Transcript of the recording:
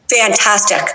Fantastic